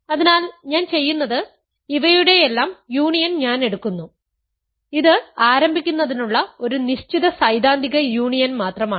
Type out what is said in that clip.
അതിനാൽ ഞാൻ ചെയ്യുന്നത് ഇവയുടെയെല്ലാം യൂണിയൻ ഞാൻ എടുക്കുന്നു ഇത് ആരംഭിക്കുന്നതിനുള്ള ഒരു നിശ്ചിത സൈദ്ധാന്തിക യൂണിയൻ മാത്രമാണ്